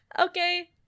Okay